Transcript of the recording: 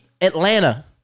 Atlanta